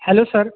hello sir